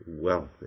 wealthy